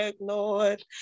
lord